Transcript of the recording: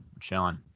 Chilling